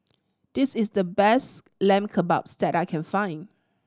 this is the best Lamb Kebabs that I can find